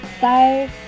bye